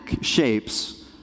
shapes